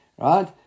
Right